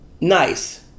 nice